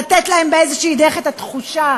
לתת להם באיזו דרך את התחושה